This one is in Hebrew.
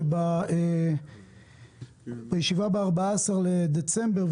שבישיבה ב-14 בדצמבר,